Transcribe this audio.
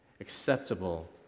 acceptable